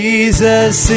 Jesus